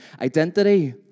identity